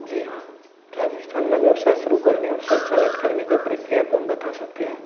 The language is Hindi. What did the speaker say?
जी हाँ राजस्थान में व्यवसाय शुरू करने और संचालित करने की प्रक्रिया को हम बता सकते हैं